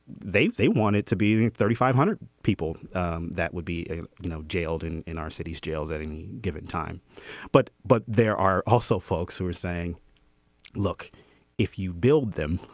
they they want it to be thirty five hundred people that would be you know jailed in in our city's jails at any given time but but there are also folks who are saying look if you build them